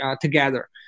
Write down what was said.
together